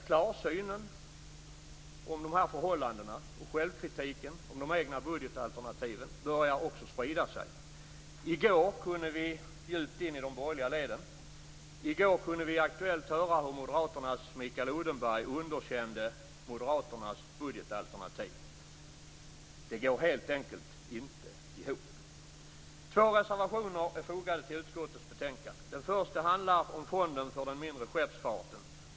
Klarsynen om de här förhållandena och självkritiken om de egna budgetalternativen börjar också sprida sig djupt in i de borgerliga leden. I går kunde vi i Aktuellt höra hur moderaten Mikael Odenberg underkände Moderaternas budgetalternativ. Det går helt enkelt inte ihop. Två reservationer är fogade till utskottets betänkande. Den första handlar om Fonden för den mindre skeppsfarten.